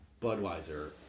budweiser